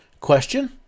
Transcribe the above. question